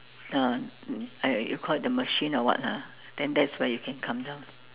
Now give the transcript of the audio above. uh I I you call it the machine or what ah then that's when you can come down